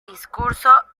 discurso